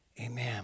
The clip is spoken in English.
Amen